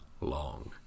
long